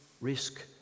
risk